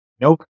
Nope